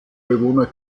bewohner